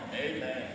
Amen